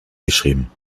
geschrieben